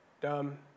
dumb